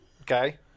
Okay